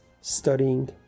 studying